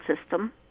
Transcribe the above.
System